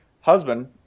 husband